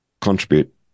contribute